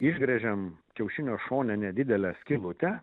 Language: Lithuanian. išgręžiam kiaušinio šone nedidelę skylutę